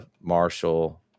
Marshall